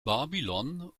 babylon